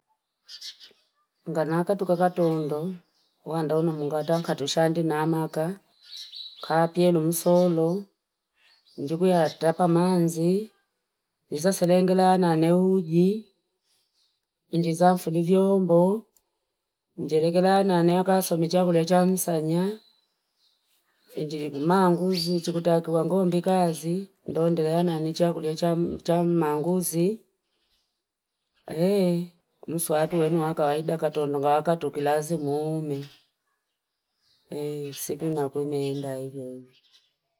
Naanga tukaka tondo wandauni ngataka tushandi namaka kaapieleu msolo njilia chapa manzi izasengelelea nani uji injeza fulu vyombo, njelekelana nania kasomecha kulecha msanya kulinjili ma nguvu chikutakiwa ngombe kazi, naendea nai chakulia cha- cham maanguzi nuswaku nwe kawaida katondo na kato lazima aende e siku inakua imeenda ivo ivo.